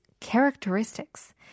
characteristics